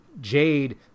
Jade